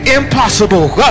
impossible